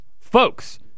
Folks